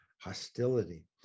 hostility